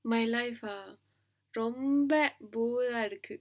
my life ah ரொம்ப:romba bore ஆக இருக்கு:aaga irukku